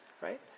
right